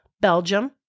Belgium